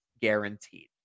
guaranteed